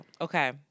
Okay